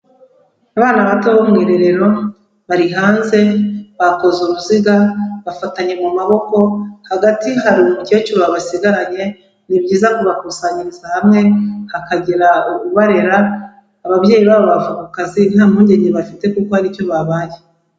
Abana bato bo mu irerero bari hanze bakoze uruziga bafatanye mu maboko, hagati hari umukecuru wabasigaranye, ni byiza kubakusanyiriza hamwe hakagira ubarera, ababyeyi babo bava ku kazi nta mpungenge bafite kuko hari icyo babaye.